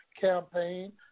campaign